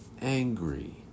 angry